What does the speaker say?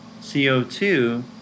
CO2